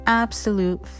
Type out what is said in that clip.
absolute